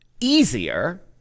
easier